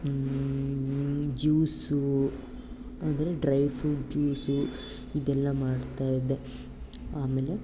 juice ಅಂದರೆ dry fruit juice ಇದೆಲ್ಲ ಮಾಡ್ತಾಯಿದ್ದೆ ಆಮೇಲೆ